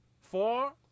four